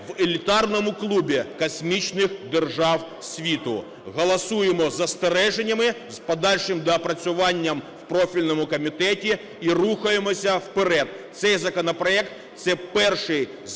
в елітарному клубі космічних держав світу. Голосуємо з застереженнями, з подальшим доопрацюванням в профільному комітеті. І рухаємося вперед. Цей законопроект – це перший закон,